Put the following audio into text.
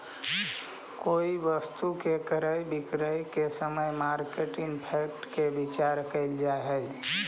कोई वस्तु के क्रय विक्रय के समय मार्केट इंपैक्ट के विचार कईल जा है